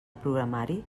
programari